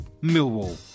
Millwall